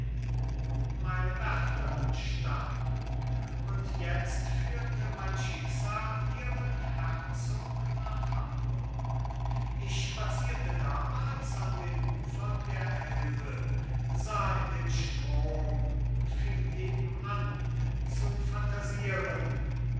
dahin meine wärterin starb und jetzt führte mein schicksal ihren herzog nach hamburg ich spazierte damals an den ufern der elbe sah in den strom und fing eben an zu phantasieren